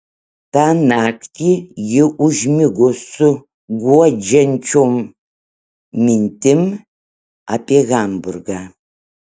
tą naktį ji užmigo su guodžiančiom mintim apie hamburgą